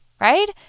right